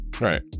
right